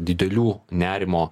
didelių nerimo